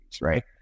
right